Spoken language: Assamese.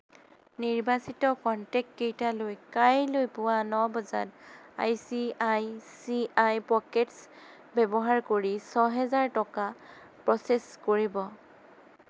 নিৰ্বাচিত কনটেক্টকেইটালৈ কাইলৈ পুৱা ন বজাত I C I C I pockets ব্যৱহাৰ কৰি ছহেজাৰ টকা প্ৰচেছ কৰিব